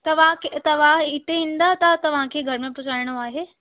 तव्हांखे तव्हां हिते ईंदा त तवांखे घर में पहुचाइणो आहे